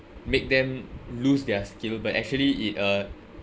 make them lose their skill but actually it uh